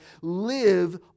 live